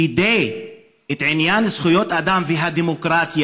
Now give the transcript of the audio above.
כדי להשריש ולהעמיק את עניין זכויות האדם והדמוקרטיה